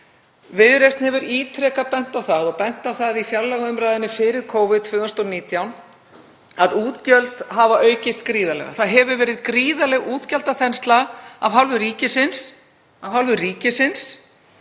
Viðreisn hefur ítrekað bent á það, og benti á það í fjárlagaumræðunni fyrir Covid 2019, að útgjöld hafa aukist gríðarlega. Það hefur verið gríðarleg útgjaldaþensla af hálfu ríkisins